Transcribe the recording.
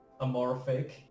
amorphic